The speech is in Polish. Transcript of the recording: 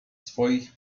swoich